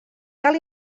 cal